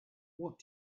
what